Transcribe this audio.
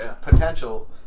potential